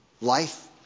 life